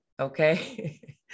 okay